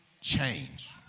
change